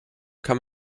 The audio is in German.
kann